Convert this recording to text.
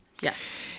Yes